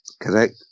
correct